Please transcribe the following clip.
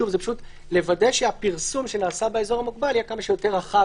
זה לוודא שהפרסום שנעשה באזור המוגבל יהיה כמה שיותר רחב,